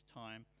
time